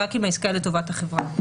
רק אם העסקה היא לטובת החברה.